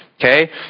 Okay